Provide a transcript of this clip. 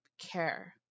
care